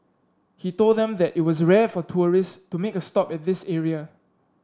he told them that it was rare for tourists to make a stop at this area